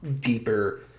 deeper